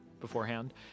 beforehand